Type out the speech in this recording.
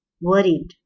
worried